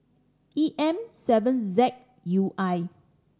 E M seven Z U I